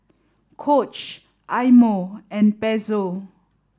Coach Eye Mo and Pezzo